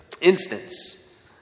instance